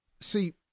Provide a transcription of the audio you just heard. see